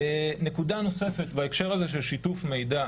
נקודה נוספת בהקשר הזה של שיתוף מידע,